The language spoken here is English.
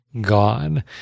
gone